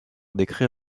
décret